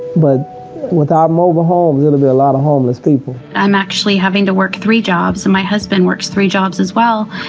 but without mobile homes it'd be a lot of homeless people. i'm actually having to work three jobs, and my husband works three jobs as well,